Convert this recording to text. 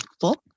book